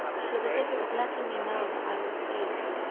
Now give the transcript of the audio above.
it was as if it was letting me know that i was safe.